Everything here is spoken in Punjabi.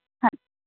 ਹਾਂ